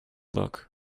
look